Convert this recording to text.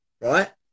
right